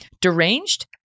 deranged